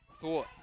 thought